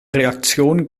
reaktion